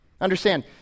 Understand